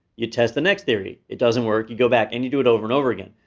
you test the next theory. it doesn't work, you go back and you do it over and over again.